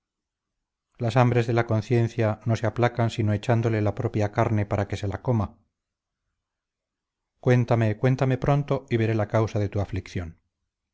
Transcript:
las hambres de la conciencia no se aplacan sino echándole la propia carne para que se la coma cuéntame cuéntame pronto y veré la causa de tu aflicción